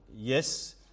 Yes